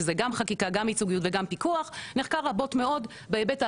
שזה גם חקיקה גם ייצוג וגם פיקוח נחקר רבות מאוד בהיבט ההשוואתי,